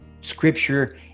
Scripture